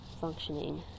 functioning